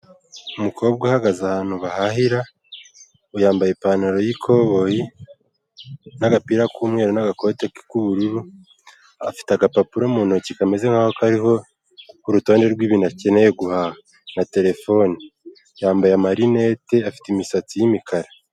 Umukobwa uhagaze ahantu bahahira, yambaye ipantaro y'ikoboyi n'agapira k'umweru n'agakote k'ubururu; afite agapapuro mu ntoki kameze nk'aho kariho urutonde rw'ibintu akeneye guhaha na terefone, yambaye amarinete afite imisatsi y'imikara.